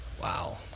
Wow